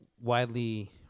widely